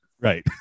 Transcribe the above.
right